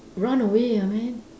run away ah man